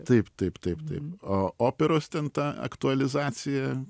taip taip taip taip operos ten ta aktualizacija